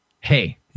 Hey